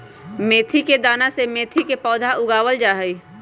मेथी के दाना से मेथी के पौधा उगावल जाहई